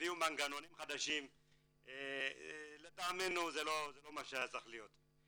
הביאו מנגנונים חדשים ולטעמנו זה לא מה שהיה צריך להיות.